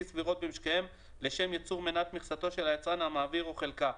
סבירות במשקיהם לשם ייצור מנת מכסתו של היצרן המעביר או חלקה,